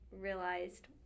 realized